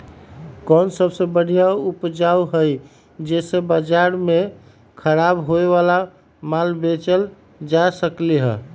कोन सबसे बढ़िया उपाय हई जे से बाजार में खराब होये वाला माल बेचल जा सकली ह?